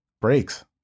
breaks